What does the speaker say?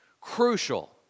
crucial